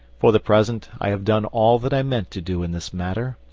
for the present, i have done all that i meant to do in this matter.